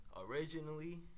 originally